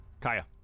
Kaya